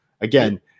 again